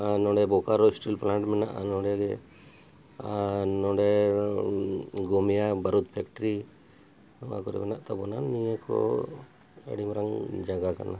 ᱟᱨ ᱱᱚᱰᱮ Bokaro steel plant ᱢᱮᱱᱟᱜᱼᱟ ᱱᱚᱰᱮ ᱜᱮ ᱟᱨ ᱱᱚᱰᱮ ᱜᱚᱢᱤᱭᱟ ᱵᱟᱹᱨᱩᱫ ᱯᱷᱮᱠᱴᱨᱤ ᱱᱚᱣᱟ ᱠᱚᱨᱮ ᱢᱮᱱᱟᱜ ᱛᱟᱵᱚᱱᱟ ᱱᱤᱭᱟᱹ ᱠᱚ ᱟᱹᱰᱤ ᱢᱟᱨᱟᱝ ᱡᱟᱭᱜᱟ ᱠᱟᱱᱟ